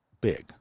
big